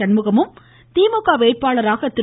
சண்முகமும் திமுக வேட்பாளராக திரு